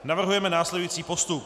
Navrhujeme následující postup.